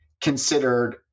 considered